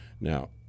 Now